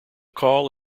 call